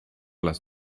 las